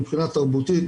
מבחינה תרבותית,